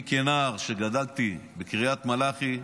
אני, כנער, כשגדלתי בקריית מלאכי,